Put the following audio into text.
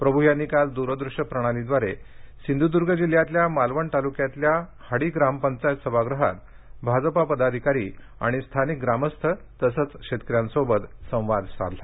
प्रभू यांनी काल दूर दृश्य प्रणालीद्वारे सिंधुद्ग जिल्ह्यातल्या मालवण तालुक्यातल्या हडी ग्रामपंचायत सभागृहात भाजपा पदाधिकारी आणि स्थानिक ग्रामस्थ शेतकऱ्यांसोबत संवाद साधला